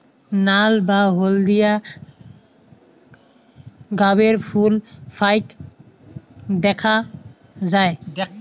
নাল বা হলদিয়া গাবের ফুল ফাইক দ্যাখ্যা যায়